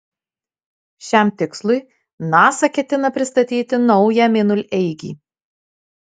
šiam tikslui nasa ketina pristatyti naują mėnuleigį